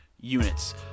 units